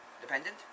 dependent